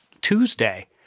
Tuesday